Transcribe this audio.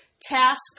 Task